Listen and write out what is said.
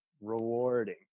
rewarding